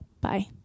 Bye